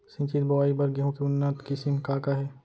सिंचित बोआई बर गेहूँ के उन्नत किसिम का का हे??